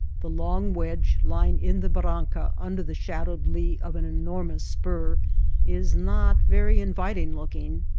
the long wedge lying in the barranca under the shadowed lee of an enormous spur is not very inviting looking.